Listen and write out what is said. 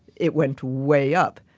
it went way up.